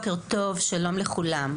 בבקשה.